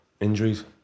injuries